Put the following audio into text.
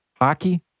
hockey